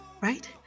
Right